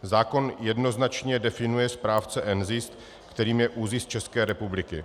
Zákon jednoznačně definuje správce NZIS, kterým je ÚZIS České republiky.